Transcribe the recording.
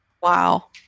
Wow